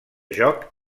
joc